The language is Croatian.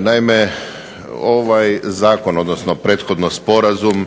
Naime, ovaj Zakon, odnosno prethodno Sporazum